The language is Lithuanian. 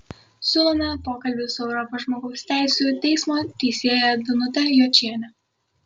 siūlome pokalbį su europos žmogaus teisių teismo teisėja danute jočiene